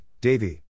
Davy